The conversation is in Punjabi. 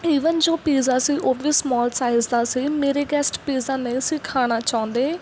ਈਵਨ ਜੋ ਪੀਜ਼ਾ ਸੀ ਉਹ ਵੀ ਸਮੋਲ ਸਾਈਜ਼ ਦਾ ਸੀ ਮੇਰੇ ਗੈਸਟ ਪੀਜ਼ਾ ਨਹੀਂ ਸੀ ਖਾਣਾ ਚਾਹੁੰਦੇ